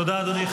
תודה, אדוני.